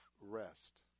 rest